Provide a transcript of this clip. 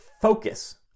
focus